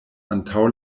antaŭ